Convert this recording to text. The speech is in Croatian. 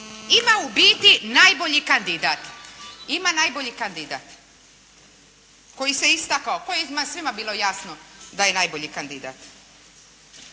ima u biti najbolji kandidat, ima najbolji kandidat. Koji se istakao, koji je svima bilo jasno da je najbolji kandidat.